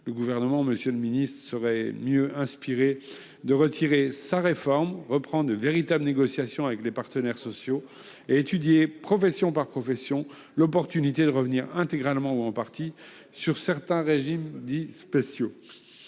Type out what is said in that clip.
démagogique, il me semble que vous seriez mieux inspiré de retirer cette réforme, d'ouvrir de véritables négociations avec les partenaires sociaux et d'étudier, profession par profession, l'opportunité de revenir intégralement ou en partie sur certains régimes dits spéciaux.